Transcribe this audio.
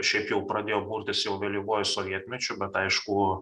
šiaip jau pradėjo burtis jau vėlyvuoju sovietmečiu bet aišku